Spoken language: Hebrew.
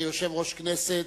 כיושב-ראש הכנסת,